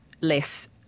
less